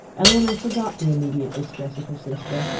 elinor forgot the immediate distress of her sister,